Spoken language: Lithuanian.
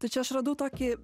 tai čia aš radau tokį